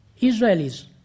Israelis